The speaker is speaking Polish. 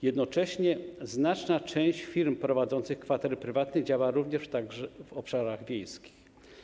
Jednocześnie znaczna część firm prowadzących kwatery prywatne działa również na obszarach wiejskich.